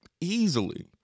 easily